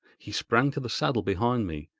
he sprang to the saddle behind me,